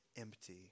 empty